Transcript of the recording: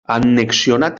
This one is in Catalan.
annexionat